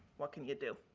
what can you do?